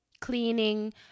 cleaning